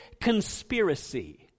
conspiracy